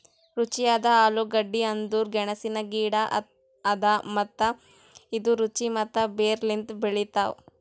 ರುಚಿಯಾದ ಆಲೂಗಡ್ಡಿ ಅಂದುರ್ ಗೆಣಸಿನ ಗಿಡ ಅದಾ ಮತ್ತ ಇದು ರುಚಿ ಮತ್ತ ಬೇರ್ ಲಿಂತ್ ಬೆಳಿತಾವ್